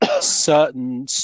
certain